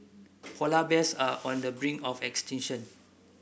polar bears are on the brink of extinction